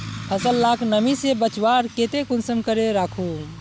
फसल लाक नमी से बचवार केते कुंसम करे राखुम?